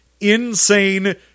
insane